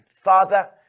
Father